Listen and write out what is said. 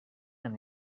and